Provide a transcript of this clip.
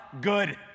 good